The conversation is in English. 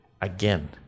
again